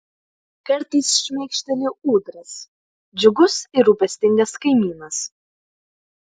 kartais šmėkšteli ūdras džiugus ir rūpestingas kaimynas